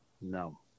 no